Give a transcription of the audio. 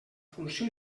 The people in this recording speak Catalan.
funció